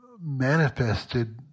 manifested